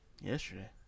Yesterday